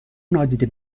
نادیده